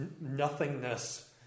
nothingness